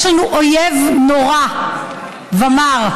יש לנו אויב נורא ומר,